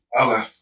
Okay